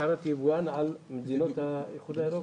הצהרת יבואן על מדינות האיחוד האירופאי.